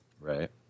Right